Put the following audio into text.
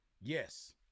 Yes